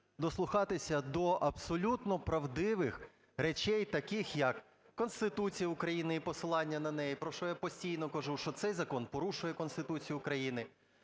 дослухатися до абсолютно правдивих речей, таких як Конституція України і посилання на неї, про що я постійно кажу, що цей закон порушує Конституцію України.